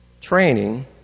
Training